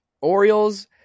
Orioles